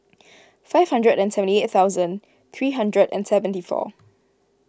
five hundred and seventy eight thousand three hundred and seventy four